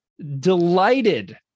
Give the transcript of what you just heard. delighted